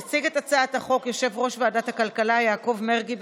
יציג את הצעת החוק יושב-ראש ועדת הכלכלה יעקב מרגי.